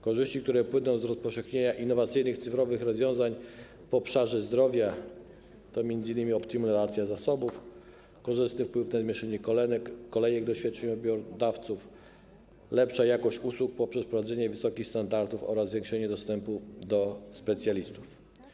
Korzyści, które płyną z rozpowszechnienia innowacyjnych cyfrowych rozwiązań w obszarze zdrowia to m.in. optymalizacja zasobów, korzystny wpływ na zmniejszenie kolejek do świadczeniodawców, lepsza jakość usług poprzez wprowadzenie wysokich standardów oraz zwiększenie dostępu do specjalistów.